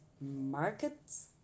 markets